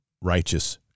righteous